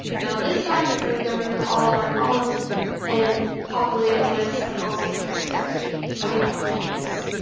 now, this time, it's going to go through all of our columns and populate a list of possible transforms we might want to use.